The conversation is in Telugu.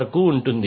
వరకు ఉంటుంది